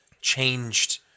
changed